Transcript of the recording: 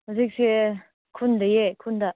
ꯍꯧꯖꯤꯛꯁꯦ ꯈꯨꯟ ꯂꯩꯌꯦ ꯈꯨꯟꯗ